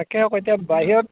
তাকে আকৌ এতিয়া বাহিৰত